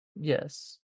yes